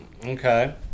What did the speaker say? okay